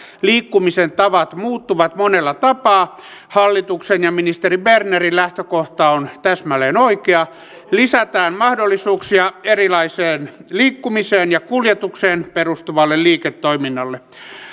liikkumisen tavat muuttuvat monella tapaa hallituksen ja ministeri bernerin lähtökohta on täsmälleen oikea lisätään mahdollisuuksia erilaiseen liikkumiseen ja kuljetukseen perustuvalle liiketoiminnalle